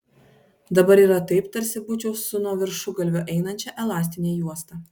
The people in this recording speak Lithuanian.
dabar yra taip tarsi būčiau su nuo viršugalvio einančia elastine juosta